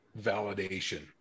validation